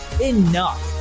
Enough